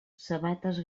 sabates